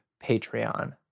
Patreon